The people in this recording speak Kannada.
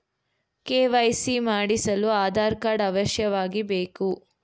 ಕೆ.ವೈ.ಸಿ ಮಾಡಿಸಲು ಆಧಾರ್ ಕಾರ್ಡ್ ಅವಶ್ಯವಾಗಿ ಬೇಕು